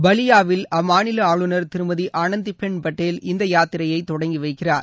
பல்லியாவில் அம்மாநில ஆளுநர் திருமதி ஆனந்தி பென் படேல் இந்த யாத்திரையை தொடங்கி வைக்கிறார்